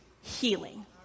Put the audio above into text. healing